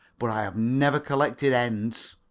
but i have never collected ends.